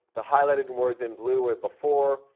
the highlighted words in blue are the before,